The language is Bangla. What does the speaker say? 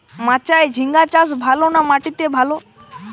মাচায় ঝিঙ্গা চাষ ভালো না মাটিতে ভালো?